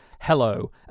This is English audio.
Hello